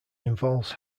involves